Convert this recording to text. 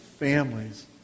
families